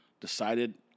decided